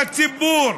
ובציבור.